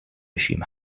assume